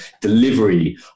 delivery